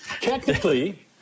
Technically